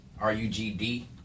R-U-G-D